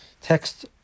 text